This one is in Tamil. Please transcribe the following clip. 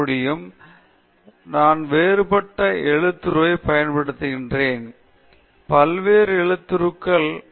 மேலும் நீங்கள் ஸ்லைடுல் பார்க்க முடியும் நான் வேறுபட்ட எழுத்துருவைப் பயன்படுத்துகிறேன் எனவே மென்பொருளில் கிடைக்கக்கூடிய பல்வேறு எழுத்துருக்கள் நிறைய உள்ளன